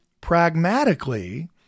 pragmatically